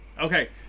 Okay